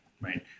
right